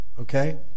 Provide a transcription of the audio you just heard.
Okay